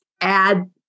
add